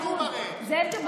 זאב ז'בוטינסקי, אתה מכיר?